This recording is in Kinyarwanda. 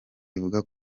ivuga